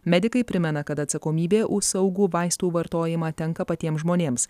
medikai primena kad atsakomybė už saugų vaistų vartojimą tenka patiem žmonėms